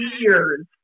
years